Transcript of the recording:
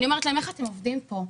אני אומרת להם: איך אתם עובדים פה?